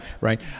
Right